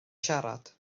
siarad